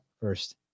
First